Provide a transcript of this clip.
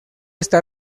está